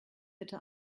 bitte